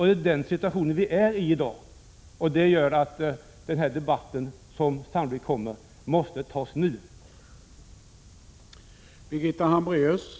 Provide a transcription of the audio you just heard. Det är den situationen vi befinner oss i i dag, och det gör att den debatt som sannolikt kommer måste börja föras nu.